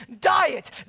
diet